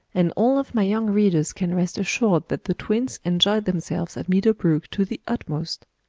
and all of my young readers can rest assured that the twins enjoyed themselves at meadow brook to the utmost.